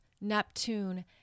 Neptune